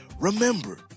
remember